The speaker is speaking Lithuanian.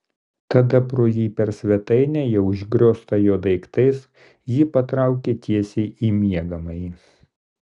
tada pro jį per svetainę jau užgrioztą jo daiktais ji patraukė tiesiai į miegamąjį